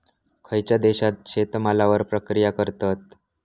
खयच्या देशात शेतमालावर प्रक्रिया करतत?